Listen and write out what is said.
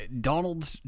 Donald